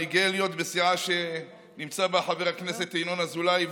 אני גאה להיות בסיעה שנמצא בה חבר הכנסת ינון אזולאי,